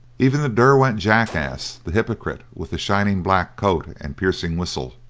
even the derwent jackass, the hypocrite with the shining black coat and piercing whistle,